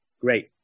Great